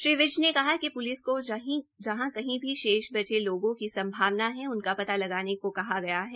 श्री विज ने कहा कि प्लिस को जहां कही भी शेष बचे लोगों की संभावना है उनका पता लगाने को कहा गया है